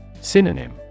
Synonym